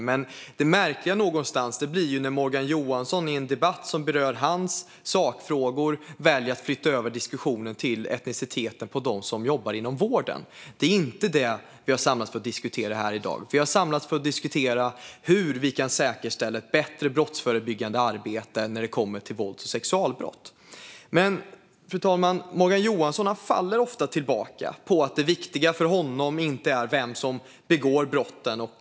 Men det blir märkligt när Morgan Johansson i en debatt som rör hans sakfrågor väljer att flytta över diskussionen till att handla om etniciteten på dem som jobbar inom vården. Det är inte det som vi är här för att diskutera i dag. Vi är här för att diskutera hur vi kan säkerställa ett bättre brottsförebyggande arbete när det kommer till vålds och sexualbrott. Fru talman! Morgan Johansson faller ofta tillbaka på att det viktiga för honom inte är vem som begår brotten.